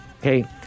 Okay